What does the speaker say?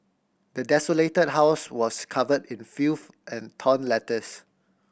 the desolated house was covered in filth and torn letters